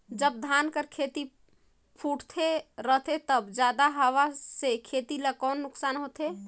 जब धान कर खेती फुटथे रहथे तब जादा हवा से खेती ला कौन नुकसान होथे?